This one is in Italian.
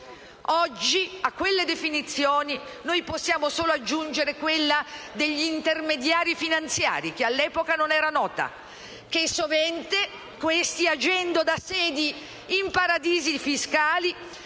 Oggi, a quelle definizioni, noi possiamo solo aggiungere quella di intermediari finanziari, che ancora non era nota, che sovente, agendo da sedi in paradisi fiscali,